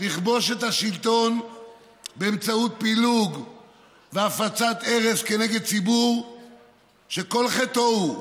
לכבוש את השלטון באמצעות פילוג והפצת ארס כנגד ציבור שכל חטאו הוא